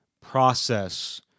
process